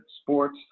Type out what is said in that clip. Sports